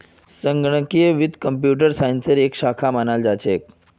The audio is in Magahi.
संगणकीय वित्त कम्प्यूटर साइंसेर एक शाखा मानाल जा छेक